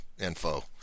info